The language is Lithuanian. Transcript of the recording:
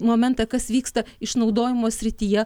momentą kas vyksta išnaudojimo srityje